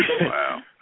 Wow